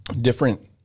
different